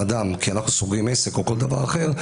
אדם כי אנחנו סוגרים עסק או כל דבר אחר,